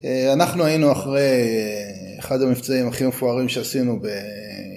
אנחנו היינו אחרי אחד המבצעים הכי מפוארים שעשינו ב...